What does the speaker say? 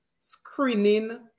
screening